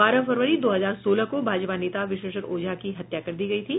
बारह फरवरी दो हजार सोलह को भाजपा नेता विशेश्वर ओझा की हत्या कर दी गयी थी